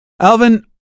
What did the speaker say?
Alvin